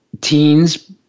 teens